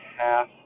half